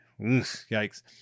yikes